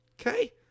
Okay